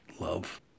love